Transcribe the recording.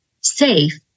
safe